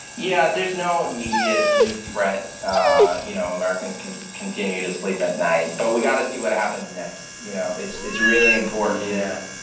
yeah. there's no immediate new threat. ah you know, americans can continue to sleep at night. but we've got to see what happens next, you know? it's it's really important. yeah.